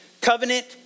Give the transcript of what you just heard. Covenant